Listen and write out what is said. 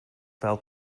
fel